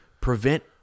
prevent